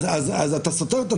אז אתה סותר את עצמך.